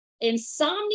insomnia